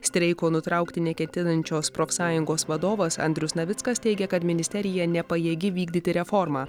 streiko nutraukti neketinančios profsąjungos vadovas andrius navickas teigia kad ministerija nepajėgi vykdyti reformą